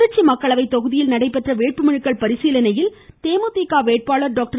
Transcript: திருச்சி மக்களவை தொகுதியில் நடைபெற்ற வேட்புமனுக்கள் பரிசீலனையில் தேமுதிக வேட்பாளர் டாக்டர்